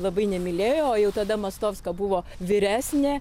labai nemylėjo o jau tada mostovska buvo vyresnė